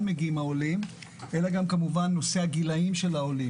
מגיעים העולים אלא גם כמובן נושא הגילאים של העולים.